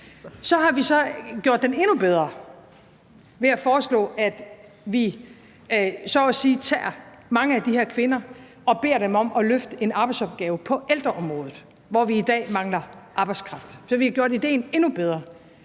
Så har vi så gjort den endnu bedre ved at foreslå, at vi så at sige tager mange af de her kvinder og beder dem om at løfte en arbejdsopgave på ældreområdet, hvor vi i dag mangler arbejdskraft. Så vi har gjort den endnu bedre.